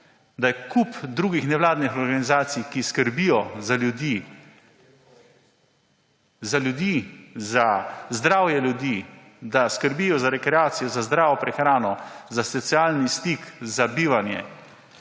Da je kup drugih nevladnih organizacij, ki skrbijo za ljudi; za ljudi, za zdravje ljudi, da skrbijo za rekreacijo, za zdravo prehrano, za socialni stik, za bivanje